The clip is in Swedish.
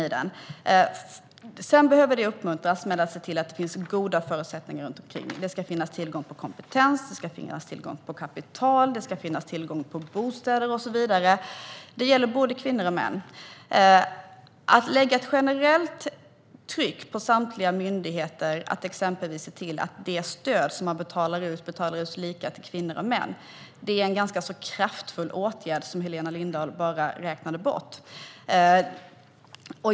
Sedan behöver det uppmuntras med att man ser till att det finns goda förutsättningar runt omkring. Det ska finnas tillgång till kompetens, kapital, bostäder och så vidare. Det gäller både kvinnor och män. Att lägga ett generellt tryck på samtliga myndigheter att exempelvis se till att det stöd som man betalar ut betalas ut lika till kvinnor och män är en ganska kraftfull åtgärd som Helena Lindahl bara räknade bort.